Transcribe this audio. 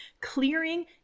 clearing